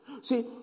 See